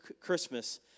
Christmas